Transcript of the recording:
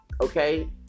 Okay